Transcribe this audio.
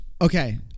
Okay